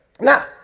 Now